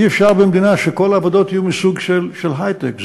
אי-אפשר שבמדינה כל העבודות יהיו מסוג של היי-טק.